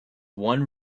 one